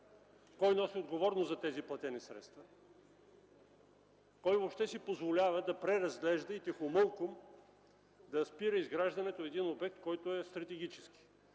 Кой носи отговорност за тези платени средства? Кой въобще си позволява да преразглежда и тихомълком да спира изграждането на един обект, който е стратегически?